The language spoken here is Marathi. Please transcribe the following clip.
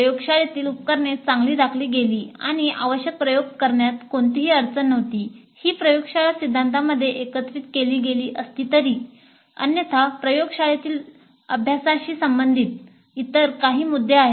प्रयोगशाळेतील उपकरणे चांगली राखली गेली आणि आवश्यक प्रयोग करण्यात कोणतीही अडचण नव्हती ही प्रयोगशाळा सिद्धांतामध्ये एकत्रित केली असती तर अन्यथा प्रयोगशाळेतील अभ्यासाशी संबंधित इतरही काही मुद्दे आहेत